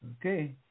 Okay